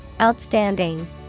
Outstanding